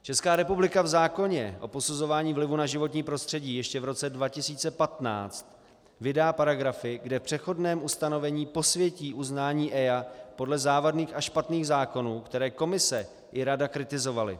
Česká republika v zákoně o posuzování vlivu na životní prostředí ještě v roce 2015 vydá paragrafy, kde v přechodném ustanovení posvětí uznání EIA podle závadných a špatných zákonů, které Komise i Rada kritizovaly.